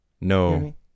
no